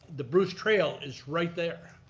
the bruce trail is right there.